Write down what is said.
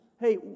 hey